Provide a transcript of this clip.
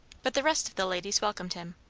but the rest of the ladies welcomed him.